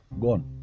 gone